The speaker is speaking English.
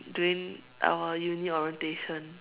during our uni orientation